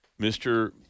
Mr